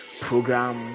program